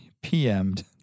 PM'd